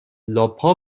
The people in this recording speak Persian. لاپها